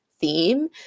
theme